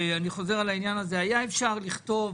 על מה שנאמר בכנסת הקודמת,